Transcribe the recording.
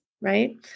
right